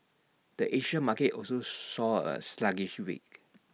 the Asia market also saw A sluggish week